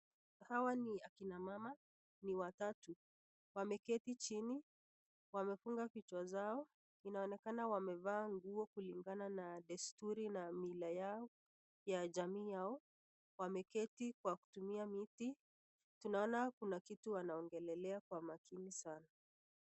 Hawa ni akina mama ni watatu, wameketi chini, wamefungwa vichwa zao inaonekana wamevaa nguo kulingana na desturi na mila yao ya jamii yao. Wameketi kwa kutumia miti, tunaona kuna kitu wanaongelelea kwa makini sana.